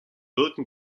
wirken